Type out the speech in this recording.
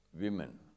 women